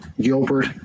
Gilbert